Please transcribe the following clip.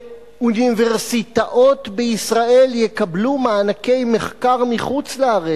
שאוניברסיטאות בישראל יקבלו מענקי מחקר מחוץ-לארץ,